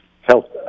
health